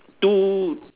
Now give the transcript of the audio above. two